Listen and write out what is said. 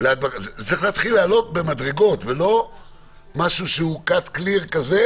להדבקה זה צריך להתחיל לעלות במדרגות ולא משהו שהוא cut clear כזה,